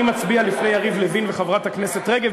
אני מצביע לפני יריב לוין וחברת הכנסת רגב,